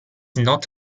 not